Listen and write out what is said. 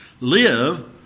Live